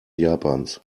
japans